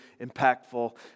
impactful